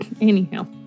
Anyhow